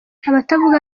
abatavuga